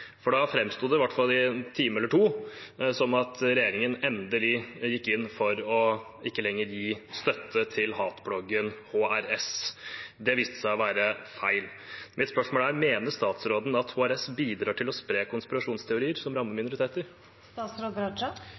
for da framsto det, i hvert fall i en time eller to, som at regjeringen endelig gikk inn for å ikke lenger gi støtte til hatbloggen HRS. Det viste seg å være feil. Mitt spørsmål er: Mener statsråden at HRS bidrar til å spre konspirasjonsteorier som rammer